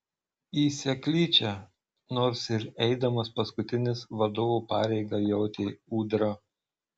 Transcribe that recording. į seklyčią nors ir eidamas paskutinis vadovo pareigą jautė ūdra